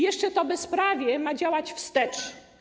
Jeszcze to bezprawie ma działać wstecz.